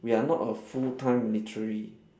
we are not a full time military